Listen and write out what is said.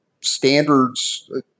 standards –